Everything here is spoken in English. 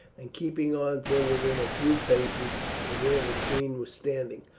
and keeping on till within a few paces of where the queen was standing,